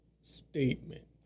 statement